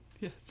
Yes